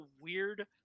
weird